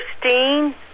Christine